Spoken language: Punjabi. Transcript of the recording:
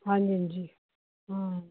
ਹਾਂਜੀ ਹਾਂਜੀ ਹਾਂ